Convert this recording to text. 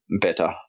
better